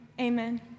amen